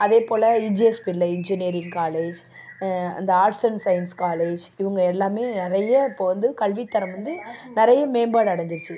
அதே போல் EGS Pillai engineering college அந்த ஆர்ட்ஸ் அண்ட் சயின்ஸ் காலேஜ் இவங்க எல்லாமே நிறைய இப்போ வந்து கல்வித்தரம் வந்து நிறைய மேம்பாடு அடைஞ்சிருச்சி